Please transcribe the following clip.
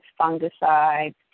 fungicides